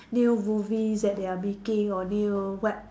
new movies that they are making or new web